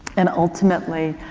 and ultimately,